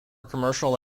commercial